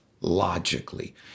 logically